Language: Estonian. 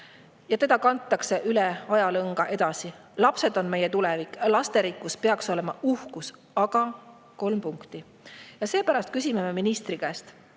Ja teda kantakse üle ajalõnga edasi. Lapsed on meie tulevik, lasterikkus peaks olema uhkus, aga …" Ja seepärast küsime me ministri käest,